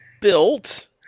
built